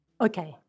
Okay